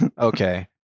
Okay